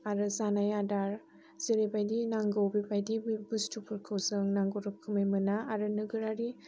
आरो जानाय आदार जेरैबायदि नांगौ बेबायदि बुस्थुफोरखौ जों नांगौ रोखोमै मोना आरो नोगोरारि